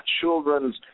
children's